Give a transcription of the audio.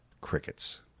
Crickets